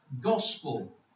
gospel